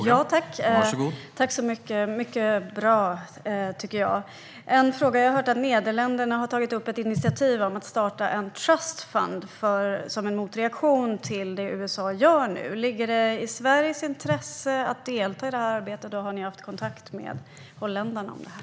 Herr talman! Det var mycket bra. Jag har en fråga till. Jag har hört att Nederländerna har tagit initiativ till att starta en Trust Fund som en motreaktion på det USA nu gör. Ligger det i Sveriges intresse att delta i arbetet, och har ni haft kontakt med holländarna om detta?